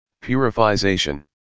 purification